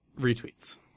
retweets